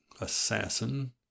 assassin